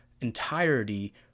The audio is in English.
entirety